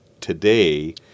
today